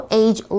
age